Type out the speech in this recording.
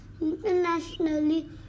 internationally